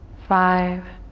five,